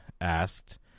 asked